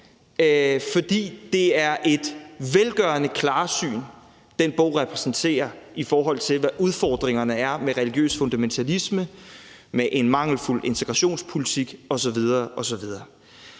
for det er et velgørende klarsyn, den bog repræsenterer, i forhold til hvad udfordringerne er med religiøs fundamentalisme, med en mangelfuld integrationspolitik osv. osv.